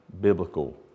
biblical